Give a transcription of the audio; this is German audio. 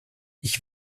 ich